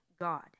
God